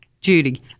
Judy